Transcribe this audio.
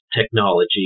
technology